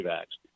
acts